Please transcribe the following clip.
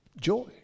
joy